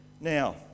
Now